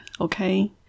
okay